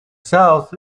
south